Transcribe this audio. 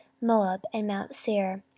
moab, and mount seir,